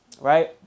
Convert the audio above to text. right